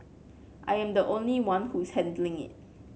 I am the only one who is handling it